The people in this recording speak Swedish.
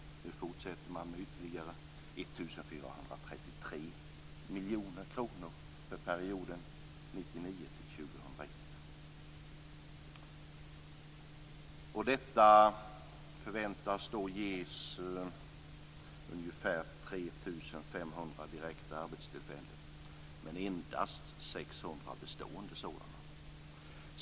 Nu fortsätter man med ytterligare 1 433 miljoner kronor för perioden 1999-2001. Detta förväntas ge ungefär 3 500 direkta arbetstillfällen, men endast 600 bestående sådana.